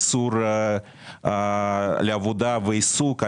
איסור על עבודה ועיסוק.